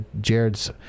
Jared's